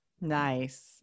Nice